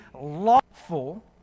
lawful